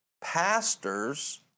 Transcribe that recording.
pastors